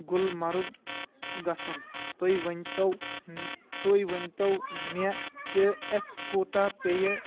گُلمرگ گژھُن تُہۍ ؤنۍ تو تُہۍ ؤنۍ تو مےٚ کہ اَسہِ کوٗتاہ پیٚیہِ